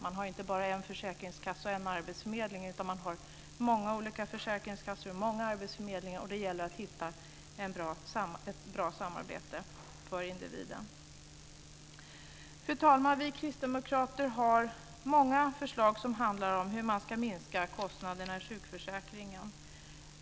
Man har inte bara en försäkringskassa och en arbetsförmedling utan många olika försäkringskassor och många olika arbetsförmedlingar, och det gäller att hitta ett bra samarbete för individen. Fru talman! Vi kristdemokrater har många förslag som handlar om hur man ska minska kostnaderna i sjukförsäkringen.